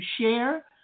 share